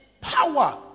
power